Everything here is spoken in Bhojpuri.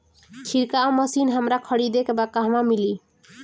छिरकाव मशिन हमरा खरीदे के बा कहवा मिली?